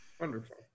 Wonderful